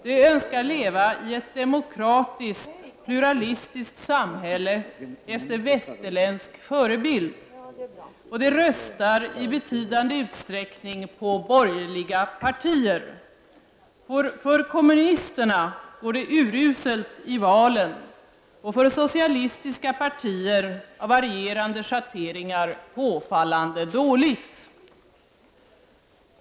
De önskar leva i ett demokratiskt, pluralistiskt samhälle efter västerländsk förebild. Och de röstar i betydande utsträckning på borgerliga partier. För kommunisterna går det uruselt i valen och för socialistiska partier av varierande schatteringar påfallande dåligt.